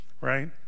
right